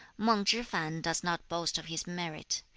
mang chih-fan does not boast of his merit.